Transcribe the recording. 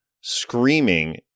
screaming